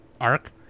arc